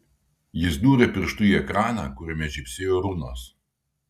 jis dūrė pirštu į ekraną kuriame žybsėjo runos